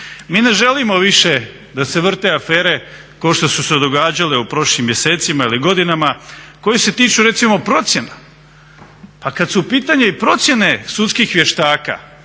Mi ne želimo više da se vrte afere kao što su se događale u prošlim mjesecima ili godinama, koji se tiču recimo procjena. Pa kad su u pitanju i procjene sudskih vještaka